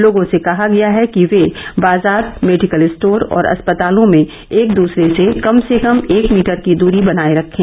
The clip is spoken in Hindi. लोगों से कहा गया है कि वे बाजार मेडिकल स्टोर और अस्पतालों में एक दूसरे से कम से कम एक मीटर की दूरी बनाये रखें